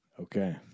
Okay